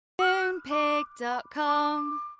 Moonpig.com